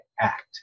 act